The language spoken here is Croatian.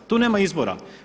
Tu nema izbora.